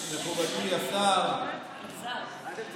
אדוני היושב-ראש,